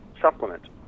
supplement